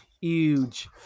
huge